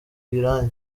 irangi